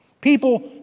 People